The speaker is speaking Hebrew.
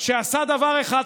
שעשה דבר אחד,